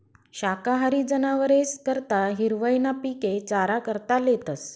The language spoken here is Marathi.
शाकाहारी जनावरेस करता हिरवय ना पिके चारा करता लेतस